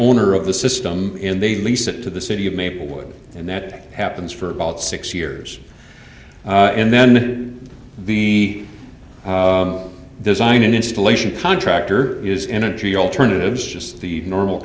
owner of the system and they lease it to the city of maplewood and that happens for about six years and then the design and installation contractor is energy alternatives just the normal